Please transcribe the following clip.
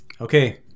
Okay